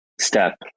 step